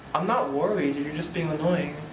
i'm not worried, and you're just being annoying.